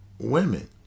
women